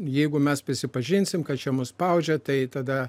jeigu mes prisipažinsim kad čia mus spaudžia tai tada